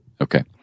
Okay